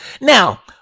Now